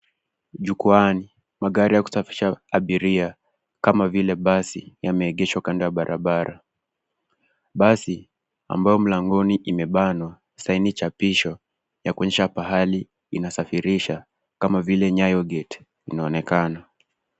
Jukwaani, magari ya kusafirisha abiria, kama vile basi yameegeshwa kando ya barabara. Basi, ambayo mlangoni imebanwa saini chapisho ya kuonyesha pahali inasafirisha, kama vile Nyayo gate inaonekana.